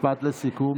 משפט לסיכום.